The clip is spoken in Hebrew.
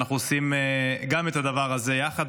שאנחנו עושים גם את הדבר הזה יחד.